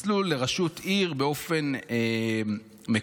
מסלול לראשות עיר באופן מקוצר.